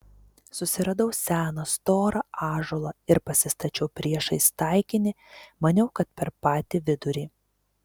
susiradau seną storą ąžuolą ir pasistačiau priešais taikinį maniau kad per patį vidurį